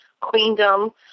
Queendom